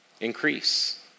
increase